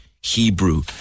Hebrew